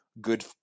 Good